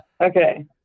Okay